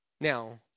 Now